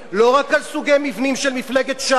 לא רק על סוגי מבנים של מפלגת ש"ס,